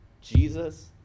Jesus